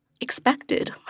expected